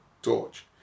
Torch